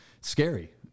scary